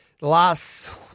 Last